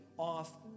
off